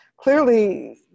clearly